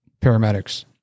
paramedics